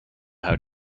how